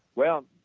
well,